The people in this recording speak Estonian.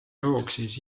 jooksis